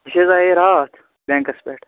أسۍ حظ آیے راتھ بٮ۪نٛکَس پٮ۪ٹھ